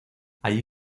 allí